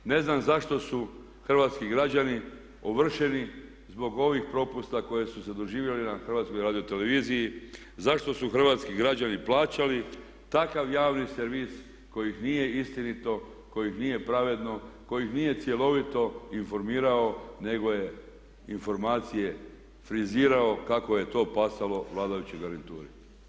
Ne znam zašto su hrvatski građani ovršeni zbog ovih propusta koji su se doživjeli na HRT-u, zašto su hrvatski građani plaćali takav javni servis koji ih nije istinito, koji ih nije pravedno, koji ih nije cjelovito informirao nego je informacije frizirao kako je to pasalo vladajućoj garnituri.